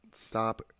Stop